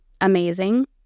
amazing